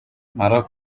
maroc